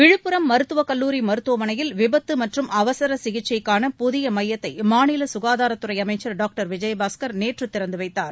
விழுப்புரம் மருத்துவக் கல்லூரி மருத்துவமனையில் விபத்து மற்றும் அவசர சிகிச்சைக்கான புதிய மையத்தை மாநில சுகாதாரத்துறை அமைச்சர் டாக்டர் விஜயபாஸ்கர் நேற்று திறந்து வைத்தார்